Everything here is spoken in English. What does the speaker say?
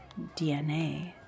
DNA